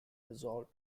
resolved